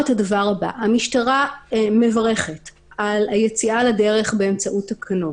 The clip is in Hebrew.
המשטרה מברכת על היציאה לדרך באמצעות תקנות.